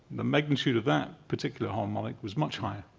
the magnitude of that particular harmonic was much higher,